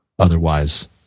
Otherwise